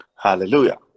hallelujah